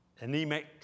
anemic